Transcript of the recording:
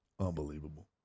Unbelievable